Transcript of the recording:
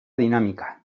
dinamika